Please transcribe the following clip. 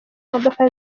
modoka